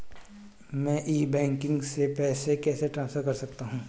मैं e-banking से पैसे कैसे ट्रांसफर कर सकता हूं?